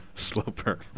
Sloper